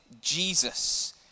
Jesus